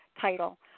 title